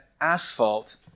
asphalt